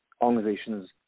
organizations